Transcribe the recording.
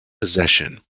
possession